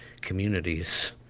communities